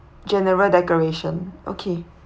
general decoration okay